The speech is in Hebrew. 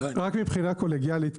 רק מבחינה קולגיאלית,